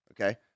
okay